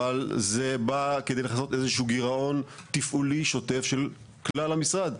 אבל זה בא כדי לכסות איזשהו גירעון תפעולי שוטף של כלל המשרד,